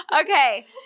Okay